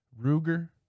Ruger